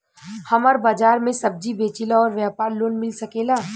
हमर बाजार मे सब्जी बेचिला और व्यापार लोन मिल सकेला?